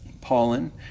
pollen